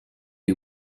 you